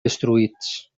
destruïts